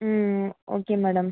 ம் okay madam